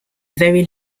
very